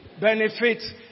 Benefits